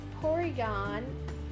Porygon